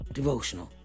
devotional